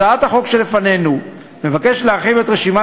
הצעת החוק שלפנינו מבקשת להרחיב את רשימת